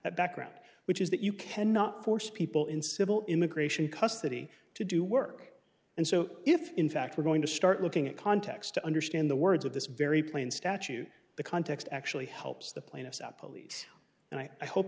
background which is that you cannot force people in civil immigration custody to do work and so if in fact we're going to start looking at context to understand the words of this very plain statute the context actually helps the plaintiffs out police and i hope